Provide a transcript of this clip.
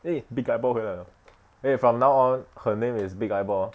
eh big eyeball 回来 liao eh from now on her name is big eyeball